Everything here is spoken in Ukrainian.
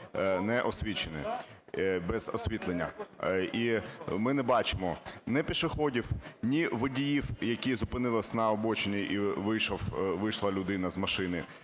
не освічені, без освітлення. І ми не бачимо ні пішоходів, ні водіїв, які зупинились на обочині, і вийшла людина з машини,